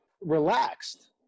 relaxed